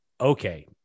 okay